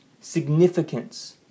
significance